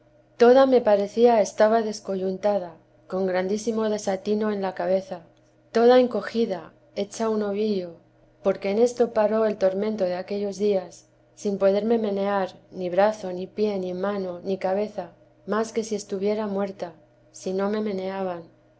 toda me parecía estaba descoyuntada con gra simo desatino en la cabeza toda encogida hecha ovillo porque en esto paró el tormento de aquellos d sin poderme menear ni brazo ni pie ni mano ni cab más que si estuviera muerta si no me meneaban